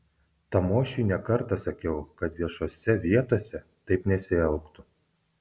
tamošiui ne kartą sakiau kad viešose vietose taip nesielgtų